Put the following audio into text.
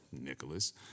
nicholas